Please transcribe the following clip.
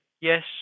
yes